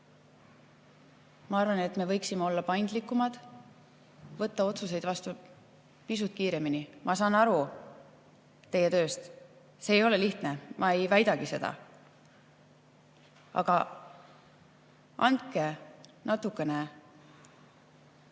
Ma arvan, et me võiksime olla paindlikumad, võtta otsuseid vastu pisut kiiremini. Ma saan aru teie tööst, see ei ole lihtne, ma ei väidagi seda. Aga võimaldage natukene